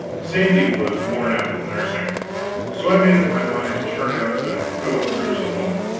sandy was worn out with nursing so i made up my mind to turn out and go a cruise alone,